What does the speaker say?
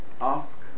ask